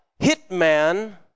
hitman